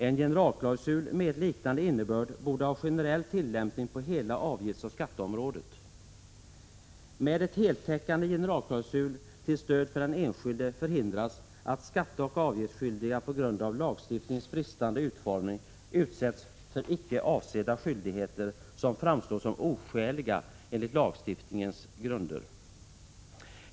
En generalklausul med liknande innebörd borde ha generell tillämpning på hela avgiftsoch skatteområdet. Med en heltäckande generalklausul till stöd för den enskilde förhindras att skatteoch avgiftsskyldiga på grund av lagstiftningens bristande utformning påförs icke avsedda skyldigheter som dessutom framstår som oskäliga enligt lagstiftningens grunder.